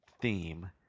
theme